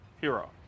hero